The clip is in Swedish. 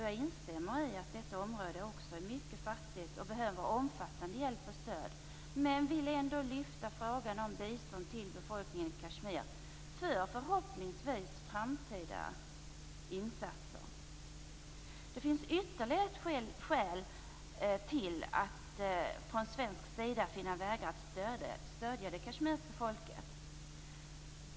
Jag instämmer i att detta område också är mycket fattigt och behöver omfattande hjälp och stöd, men vill ändå lyfta frågan om bistånd till befolkningen i Kashmir för, förhoppningsvis, framtida insatser. Det finns ytterligare ett skäl till att från svensk sida finna vägar att stödja det kashmirska folket.